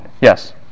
Yes